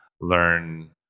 learn